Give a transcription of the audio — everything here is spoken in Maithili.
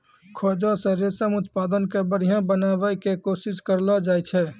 खोजो से रेशम उत्पादन के बढ़िया बनाबै के कोशिश करलो जाय छै